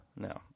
No